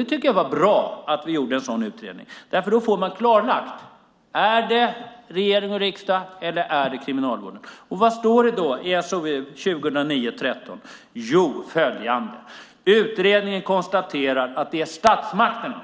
Jag tycker att det var bra att vi gjorde en sådan utredning. Då får man klarlagt om det är regering och riksdag eller Kriminalvården som ska göra detta. Vad står det då i SOU 2009:13? Jo, följande: "Utredningen konstaterar att det är statsmakterna